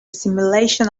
simulation